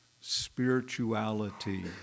spirituality